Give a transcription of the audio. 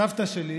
סבתא שלי,